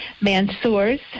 mansoor's